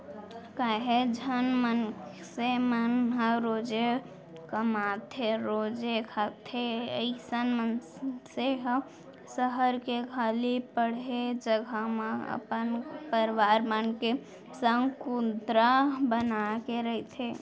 काहेच झन मनसे मन ह रोजे कमाथेरोजे खाथे अइसन मनसे ह सहर के खाली पड़े जघा म अपन परवार मन के संग कुंदरा बनाके रहिथे